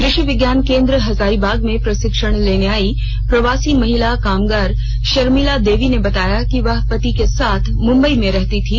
कृषि विज्ञान केंद्र हजारीबाग में प्रषिक्षण लेने आयी प्रवासी महिला कामगार शर्मिला देवी ने बताया कि वह पति के साथ मुंबई में रहती थी